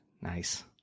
Nice